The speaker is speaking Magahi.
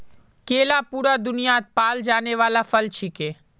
केला पूरा दुन्यात पाल जाने वाला फल छिके